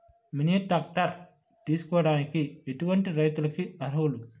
Mini tractor తీసుకోవడానికి ఎటువంటి రైతులకి అర్హులు?